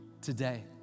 today